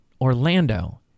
Orlando